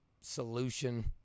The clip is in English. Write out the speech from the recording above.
solution